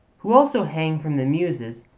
who also hang from the muses,